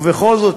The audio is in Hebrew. ובכל זאת,